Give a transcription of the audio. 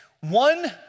one